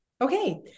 Okay